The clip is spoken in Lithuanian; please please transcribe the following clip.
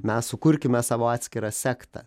mes sukurkime savo atskirą sektą